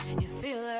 you feel